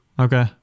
Okay